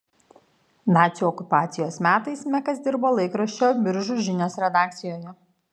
nacių okupacijos metais mekas dirbo laikraščio biržų žinios redakcijoje